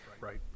Right